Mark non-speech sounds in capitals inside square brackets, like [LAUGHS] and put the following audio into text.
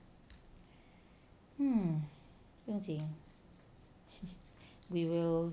hmm 不用紧 [LAUGHS] we will